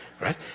right